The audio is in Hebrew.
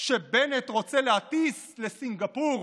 שבנט רוצה להטיס לסינגפור